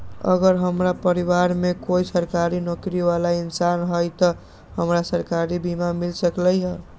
अगर हमरा परिवार में कोई सरकारी नौकरी बाला इंसान हई त हमरा सरकारी बीमा मिल सकलई ह?